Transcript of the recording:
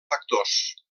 factors